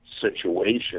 situation